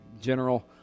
general